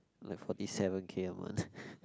like forty seven K a month